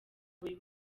buri